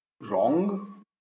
wrong